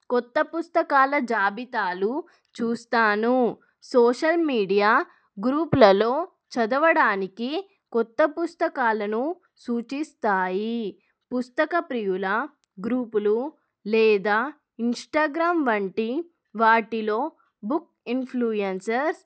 కొత్త పుస్తకాల జాబితాలు చూస్తాను సోషల్ మీడియా గ్రూప్లలో చదవడానికి కొత్త పుస్తకాలను సూచిస్తాయి పుస్తక ప్రియుల గ్రూపులు లేదా ఇంస్టాగ్రామ్ వంటి వాటిలో బుక్ ఇన్ఫ్లూయన్సర్స్